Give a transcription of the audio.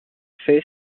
fey